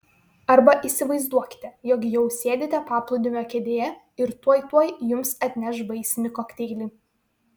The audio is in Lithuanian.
arba įsivaizduokite jog jau sėdite paplūdimio kėdėje ir tuoj tuoj jums atneš vaisinį kokteilį